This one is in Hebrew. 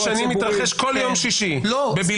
במשך שנים מתרחש כל יום שישי בבילעין,